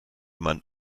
man